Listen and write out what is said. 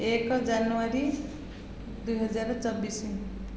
ଏକ ଜାନୁଆରୀ ଦୁଇ ହଜାର ଚବିଶି